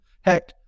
Heck